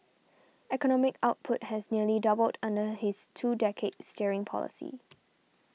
economic output has nearly doubled under his two decades steering policy